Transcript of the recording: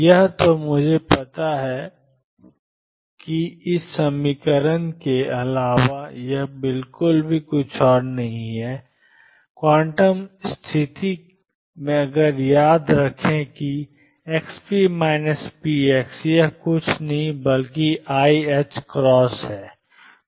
यह तो मुझे पता है कि ⟨xppx⟩2 प्लस के अलावा और कुछ नहीं है क्वांटम स्थिति से याद रखें कि xp px यह और कुछ नहीं बल्कि iℏcross है